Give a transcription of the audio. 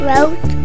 Road